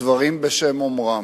דברים בשם אומרם.